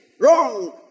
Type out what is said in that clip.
Wrong